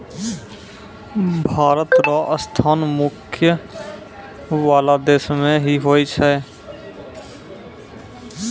भारत र स्थान मुख्य रूप स नगरपालिका वाला देश मे ही होय छै